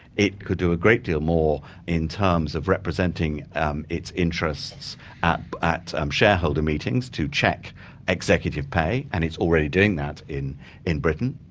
it could do a great deal more in terms of representing um its interests at at um shareholder meetings to check executive pay, and it's already doing that in in britain,